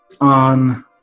on